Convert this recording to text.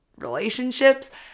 relationships